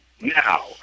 Now